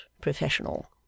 professional